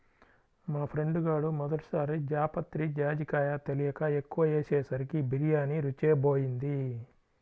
మా ఫ్రెండు గాడు మొదటి సారి జాపత్రి, జాజికాయ తెలియక ఎక్కువ ఏసేసరికి బిర్యానీ రుచే బోయింది